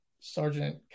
Sergeant